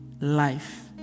Life